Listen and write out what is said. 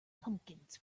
pumpkins